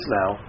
now